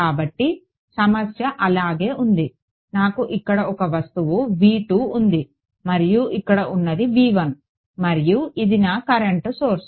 కాబట్టి సమస్య అలాగే ఉంది నాకు ఇక్కడ ఒక వస్తువు ఉంది మరియు ఇక్కడ ఉన్నది మరియు ఇది ఇక్కడ నా కరెంట్ సోర్స్